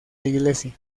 iglesia